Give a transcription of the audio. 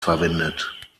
verwendet